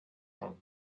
land